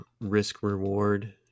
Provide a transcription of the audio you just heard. risk-reward